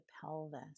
pelvis